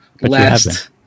last